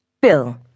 Bill